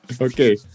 Okay